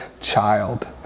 child